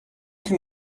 can